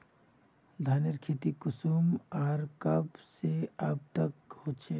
धानेर खेती कुंसम आर कब से कब तक होचे?